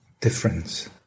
difference